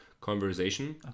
conversation